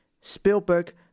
Spielberg